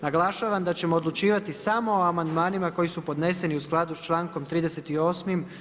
Naglašavam da ćemo odlučivati samo o amandmanima koji su podneseni u skladu sa člankom 38.